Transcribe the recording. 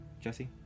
Jesse